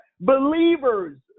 Believers